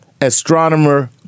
astronomer